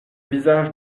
visage